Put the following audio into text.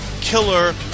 killer